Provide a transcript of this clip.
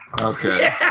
Okay